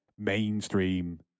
mainstream